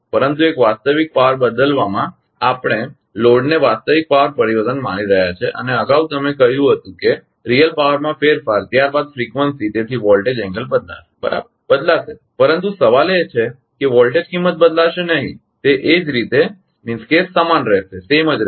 પરંતુ એક વાસ્તવિક પાવર બદલાવમાં આપણે લોડને વાસ્તવિક પાવર પરિવર્તન માની રહ્યા છીએ અને અગાઉ તમે કહ્યુ હતુ કે રીઅલ પાવરમાં ફેરફાર ત્યારબાદ ફ્રીકવંસી તેથી વોલ્ટેજ એંગલ બદલાશે બરાબર બદલાશે પરંતુ સવાલ એ છે કે વોલ્ટેજ કિંમત બદલાશે નહીં તે એ જતે જ રહેશે